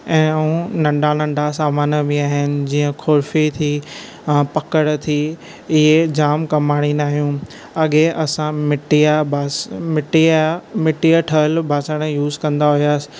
ऐं हू नन्ढा नन्ढा सामान बि आहिनि जीअं खुरपी थी ऐं पकिड़ थी इहे जाम कमु आणिन्दा आहियूं अॻे असां मिटीआ बास मिटीआ मिटीअ जा ठहियल बासण यूस कन्दा हुआसीं